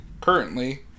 currently